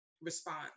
response